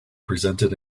presented